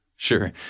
Sure